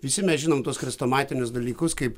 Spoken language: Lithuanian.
visi mes žinom tuos chrestomatinius dalykus kaip